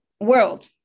world